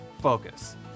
focus